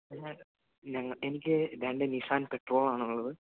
അത് എനിക്ക് രണ്ട് നിസ്സാൻ പെട്രോളാണുള്ളത്